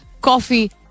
Coffee